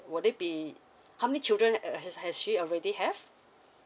would it be how many children has has she already have